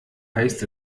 heißt